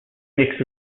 mixed